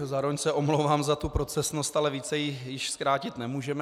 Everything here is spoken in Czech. Zároveň se omlouvám za procesnost, ale více ji již zkrátit nemůžeme.